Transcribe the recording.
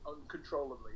uncontrollably